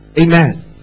Amen